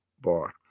bar